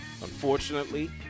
Unfortunately